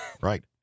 Right